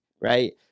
right